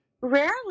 Rarely